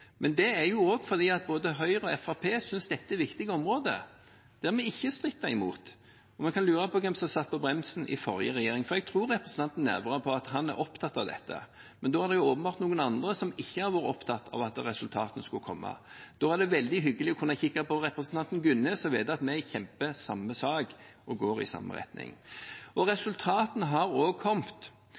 men det er likevel et faktum at selv før Venstre kom inn i regjering, oppnådde de langt mer på dette området enn SV noen gang klarte i regjering. Det er fordi både Høyre og Fremskrittspartiet synes dette er viktige områder, der vi ikke stritter imot. Man kan lure på hvem som satt på bremsen i forrige regjering, for jeg tror representanten Nævra på at han er opptatt av dette. Men da er det åpenbart noen andre som ikke har vært opptatt av at resultatene skulle komme. Da er det veldig hyggelig å kunne kikke på representanten Gunnes og vite at vi kjemper samme